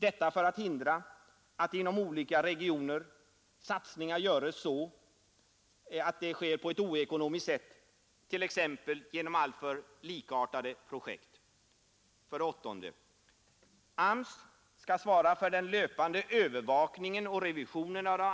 Detta för att hindra att inom olika regioner satsningar göres på ett oekonomiskt sätt, t.ex. genom alltför likartade projekt. 9.